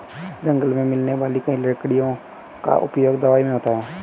जंगल मे मिलने वाली कई लकड़ियों का उपयोग दवाई मे होता है